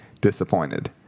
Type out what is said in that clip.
disappointed